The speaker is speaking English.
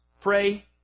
pray